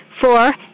Four